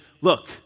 look